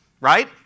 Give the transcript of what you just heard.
Right